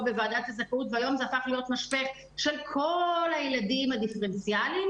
בוועדת הזכאות שהפכה להיות משפך של כל הילדים הדיפרנציאליים